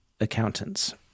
accountants